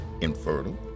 infertile